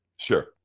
Sure